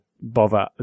bother